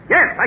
Yes